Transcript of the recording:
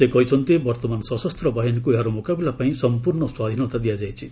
ସେ କହିଛନ୍ତି ବର୍ତ୍ତମାନ ସଶସ୍ତ ବାହିନୀକୁ ଏହାର ମୁକାବିଲା ପାଇଁ ସମ୍ପର୍ଣ୍ଣ ସ୍ୱାଧୀନତା ଦିଆଯାଇଚି